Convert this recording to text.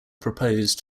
proposed